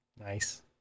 nice